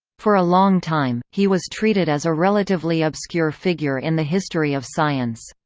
for a long time, he was treated as a relatively obscure figure in the history of science.